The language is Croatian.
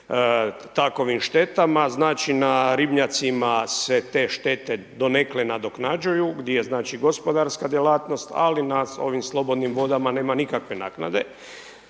takovim štetama. Znači, na ribnjacima se te štete donekle nadoknađuju, gdje je znači gospodarska djelatnost, ali na ovim slobodnim vodama nema nikakve naknade.